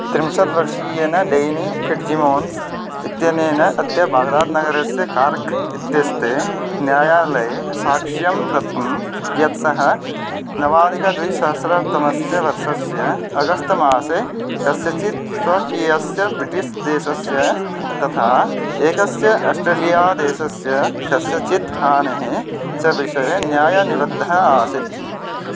त्रिंशत् वर्षीयेन Danny Fitzsimons इत्यनेन अद्य बाग्दात् नगरस्य कार्क् इत्यस्ते न्यायालये साक्ष्यं दत्तं यत् सः नवाधिकद्विसहस्रतमस्य वर्षस्य अगस्त मासे कस्यचित् स्वकीयस्य ब्रिटिस् देशस्य तथा एकस्य अस्ट्रेलिया देशस्य कस्यचित् हानेः च विषये न्यायनिवद्धः आसित्